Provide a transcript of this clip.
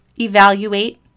evaluate